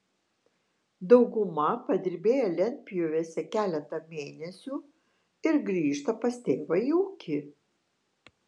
dauguma padirbėja lentpjūvėse keletą mėnesių ir grįžta pas tėvą į ūkį